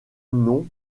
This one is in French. nom